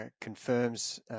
confirms